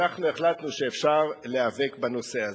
אנחנו החלטנו שאפשר להיאבק בנושא הזה.